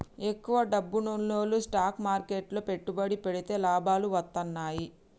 ఎక్కువ డబ్బున్నోల్లు స్టాక్ మార్కెట్లు లో పెట్టుబడి పెడితే లాభాలు వత్తన్నయ్యి